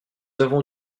avons